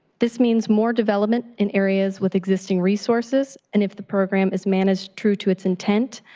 this means more development in areas with existing resources and if the program is managed true to its intent.